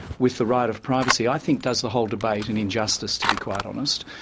with the right of privacy, i think does the whole debate an injustice, to be quite honest.